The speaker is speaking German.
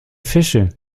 fische